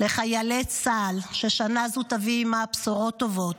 לחיילי צה"ל, ששנה זו תביא עימה בשורות טובות,